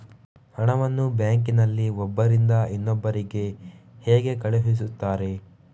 ಹಣವನ್ನು ಬ್ಯಾಂಕ್ ನಲ್ಲಿ ಒಬ್ಬರಿಂದ ಇನ್ನೊಬ್ಬರಿಗೆ ಹೇಗೆ ಕಳುಹಿಸುತ್ತಾರೆ?